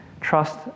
trust